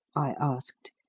i asked,